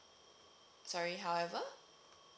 sorry however